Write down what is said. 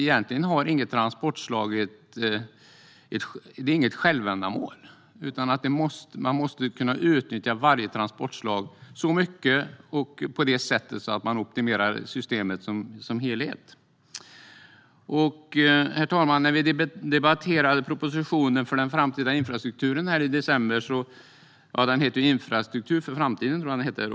Egentligen har inget transportslag något självändamål, utan man måste kunna utnyttja varje transportslag så mycket att man optimerar systemet som helhet. Herr talman! Vi debatterade propositionen Infrastruktur för framtiden här i december.